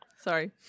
sorry